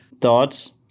Thoughts